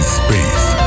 space